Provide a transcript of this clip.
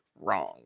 wrong